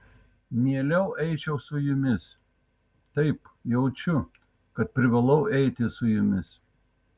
mieliau eičiau su jumis taip jaučiu kad privalau eiti su jumis